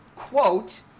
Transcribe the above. Quote